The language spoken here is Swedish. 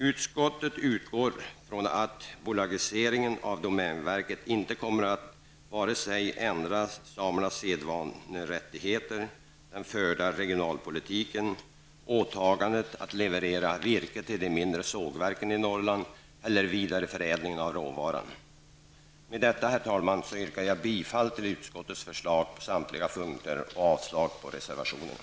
Utskottet utgår från att bolagiseringen av domänverket inte kommer att ändra vare sig samernas sedvanerättigheter, den förda regionalpolitiken, åtagandet att leverera virke till de mindre sågverken i Norrland eller vidareförädlingen av råvaran. Med detta, herr talman, yrkar jag bifall till utskottets förslag på samtliga punkter och avslag på reservationerna.